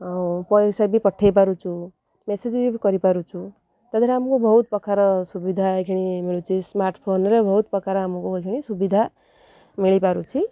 ଆଉ ପଇସା ବି ପଠେଇ ପାରୁଛୁ ମେସେଜ୍ ବି କରିପାରୁଛୁ ତା ଦିହରେ ଆମକୁ ବହୁତ ପ୍ରକାର ସୁବିଧା ଏଠି ମିଳୁଛି ସ୍ମାର୍ଟ ଫୋନ୍ରେ ବହୁତ ପ୍ରକାର ଆମକୁ ଏ ସୁବିଧା ମିଳିପାରୁଛି